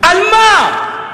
על מה?